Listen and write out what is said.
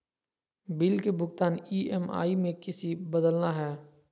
Bill के भुगतान EMI में किसी बदलना है?